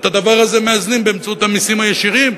את הדבר הזה מאזנים באמצעות המסים הישירים?